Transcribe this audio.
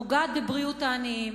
פוגעת בבריאות העניים,